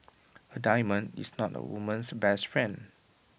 A diamond is not A woman's best friend